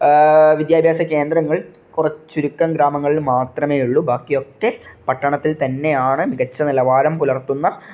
വിദ്യാഭ്യാസ കേന്ദ്രങ്ങൾ കുറച്ച് ചുരുക്കം ഗ്രാമങ്ങളിൽ മാത്രമേ ഉള്ളൂ ബാക്കിയൊക്കെ പട്ടണത്തിൽ തന്നെയാണ് മികച്ച നിലവാരം പുലർത്തുന്ന